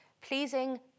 pleasing